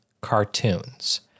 cartoons